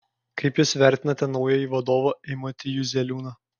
kaip jūs vertinate naująjį vadovą eimutį juzeliūną